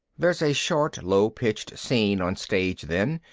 there's a short low-pitched scene on stage then,